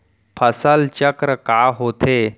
फसल चक्र का होथे?